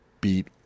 beat